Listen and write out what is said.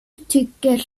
tycker